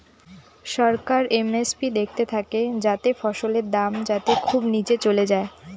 সরকার MSP দেখতে থাকে যাতে ফসলের দাম যাতে খুব নীচে চলে যায়